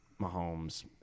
Mahomes